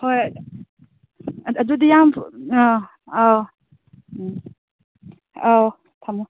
ꯍꯣꯏ ꯑꯗꯨꯗꯤ ꯌꯥꯝ ꯑꯥ ꯑꯥ ꯎꯝ ꯑꯧ ꯊꯝꯃꯣ